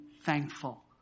thankful